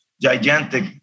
gigantic